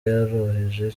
yoroheje